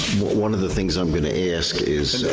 one of the things i'm gonna ask is.